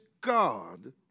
God